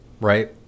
right